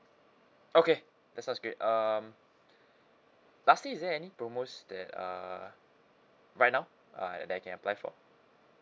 okay that sounds great um lastly is there any promos that uh right now uh that I can apply for